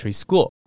school